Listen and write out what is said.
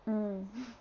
mm